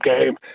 game